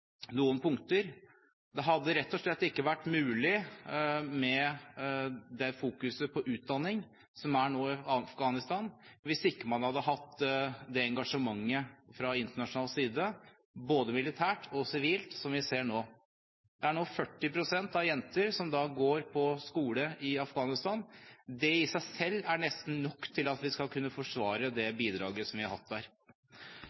noen punkter. Det fokuset på utdanning som nå er i Afghanistan, hadde rett og slett ikke vært mulig hvis man ikke hadde hatt det engasjementet fra internasjonal side – både militært og sivilt – som vi ser nå. 40 pst. av jenter går nå på skole i Afghanistan. Det i seg selv er nesten nok til at vi skal kunne forsvare det